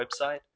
website